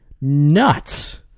nuts